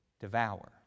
devour